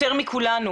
יותר מכולנו,